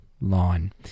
line